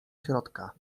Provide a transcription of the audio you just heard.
środka